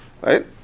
Right